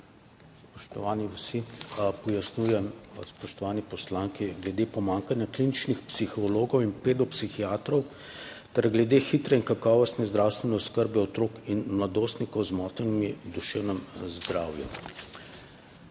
Spoštovani vsi! Pojasnjujem spoštovani poslanki glede pomanjkanja kliničnih psihologov in pedopsihiatrov ter glede hitre in kakovostne zdravstvene oskrbe otrok in mladostnikov z motnjami v duševnem zdravju.